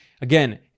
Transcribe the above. again